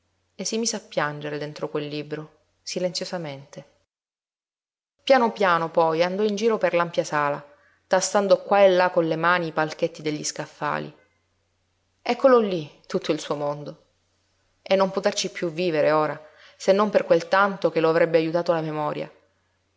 e si mise a piangere dentro quel libro silenziosamente piano piano poi andò in giro per l'ampia sala tastando qua e là con le mani i palchetti degli scaffali eccolo lí tutto il suo mondo e non poterci piú vivere ora se non per quel tanto che lo avrebbe ajutato la memoria